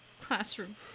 classroom